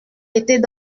était